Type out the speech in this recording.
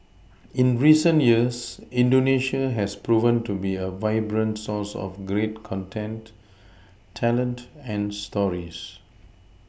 in recent years indonesia has proven to be a vibrant source of great content talent and stories